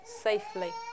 safely